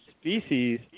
Species